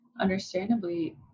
understandably